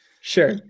Sure